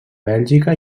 bèlgica